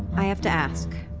i have to ask.